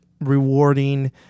rewarding